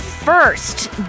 First